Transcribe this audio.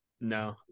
No